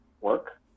work